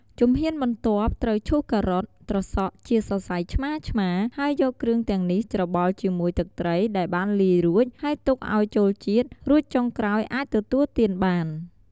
ជំហានបន្ទាប់ត្រូវឈូសការ៉ុត ត្រសក់ជាសរសៃឆ្មាៗ ហើយយកគ្រឿងទាំងនេះច្របល់ជាមួយទឹកត្រីដែលបានលាយរួច ហើយទុកឲ្យចូលជាតិ រួចចុងក្រោយអាចទទួលទានបាន។